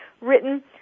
written